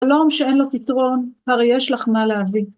שלום שאין לו פתרון, הרי יש לך מה להביא.